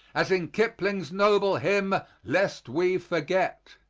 as in kipling's noble hymn, lest we forget.